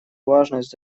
важность